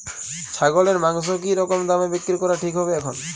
ছাগলের মাংস কী রকম দামে বিক্রি করা ঠিক হবে এখন?